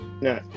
no